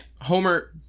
Homer